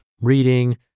reading